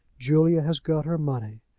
julia has got her money!